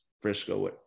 Frisco